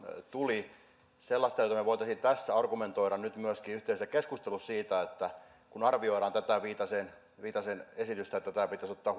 tuli sellaista jota me voisimme tässä argumentoida nyt myöskin yhteisessä keskustelussa kun arvioidaan tätä viitasen viitasen esitystä että pitäisi ottaa